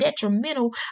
detrimental